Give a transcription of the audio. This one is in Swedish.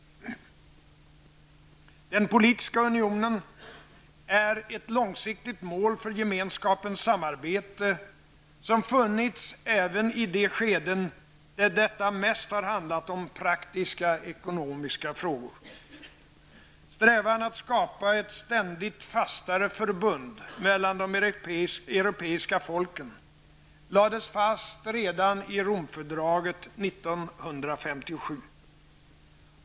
Den politiska unionen är ett långsiktigt mål för Gemenskapens samarbete, som funnits även i de skeden där detta mest har handlat om praktiska ekonomiska frågor. Strävan att skapa ''ett ständigt fastare förbund mellan de europeiska folken'' lades fast redan i Romfördraget 1957.